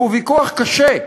והוא ויכוח קשה,